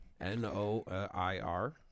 N-O-I-R